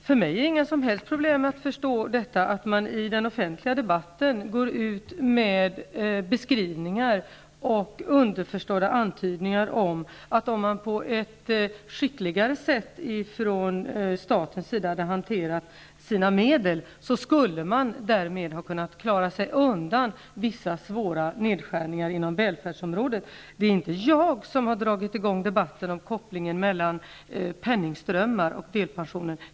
Herr talman! För mig är det inte något som helst problem att förstå att man i den offentliga debatten går ut med beskrivningar och underförstådda antydningar om att om staten på ett skickligare sätt hade hanterat sina medel, skulle man ha kunnat klara sig undan vissa svåra nedskärningar inom välfärdsområdet. Det är inte jag som har dragit i gång debatten om kopplingen mellan penningströmmar och delpensioner.